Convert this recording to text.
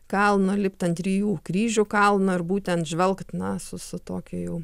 kalno lipt ant trijų kryžių kalno ir būtent žvelgt na su su tokiu jau